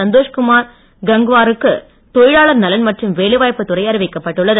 சந்தோஷ்குமார் கங்வாருக்கு தொழிலாளர் நலன் மற்றும் வேலை வாய்ப்பு துறை அறிவிக்கப்பட்டுள்ளது